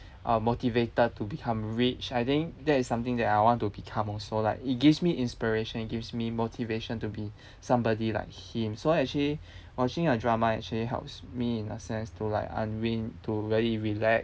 uh motivated to become rich I think that is something that I want to become also like it gives me inspiration gives me motivation to be somebody like him so actually watching a drama actually helps me in a sense to like unwind to really relax